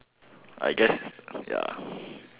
I guess ya